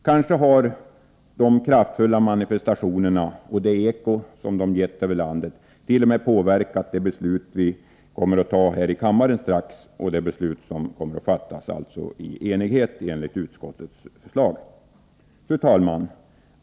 Kanske kommer det att visa sig att de kraftfulla manifestationerna och det eko som dessa gett över hela landet, t.o.m. påverkat det beslut som vi strax kommer att fatta här i kammaren och som vi väl kommer att ta i full enighet enligt utskottets förslag. Fru talman!